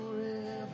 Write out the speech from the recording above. forever